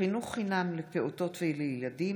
חינוך חינם לפעוטות ולילדים),